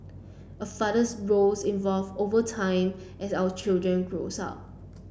a father's roles evolve over time as our children grows up